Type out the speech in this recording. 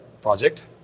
project